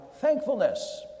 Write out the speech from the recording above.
thankfulness